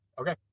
Okay